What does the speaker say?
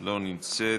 לא לבכות,